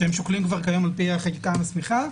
שהם שוקלים כבר היום לפי החקיקה המסמיכה.